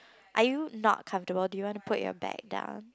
are you not comfortable do you want to put your bag down